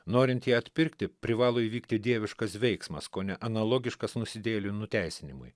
norint jį atpirkti privalo įvykti dieviškas veiksmas kone analogiškas nusidėjėlių nuteisinimui